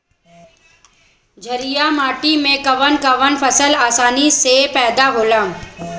छारिया माटी मे कवन कवन फसल आसानी से पैदा होला?